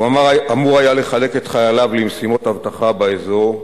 הוא אמור היה לחלק את חייליו למשימות אבטחה באזור,